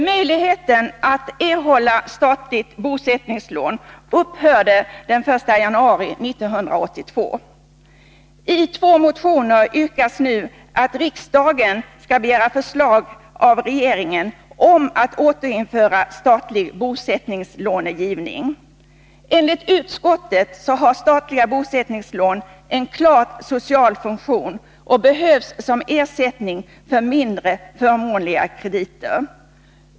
Möjligheten att erhålla statligt bosättningslån upphörde den 1 januari 1982. I två motioner yrkas nu att riksdagen skall begära förslag av regeringen om att återinföra statlig bosättningslångivning. Enligt utskottet har statliga bosättningslån en klart social funktion och behövs som ersättning för mindre förmånliga krediter.